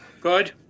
Good